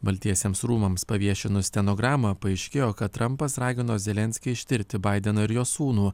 baltiesiems rūmams paviešinus stenogramą paaiškėjo kad trampas ragino zelenskį ištirti baideną ir jo sūnų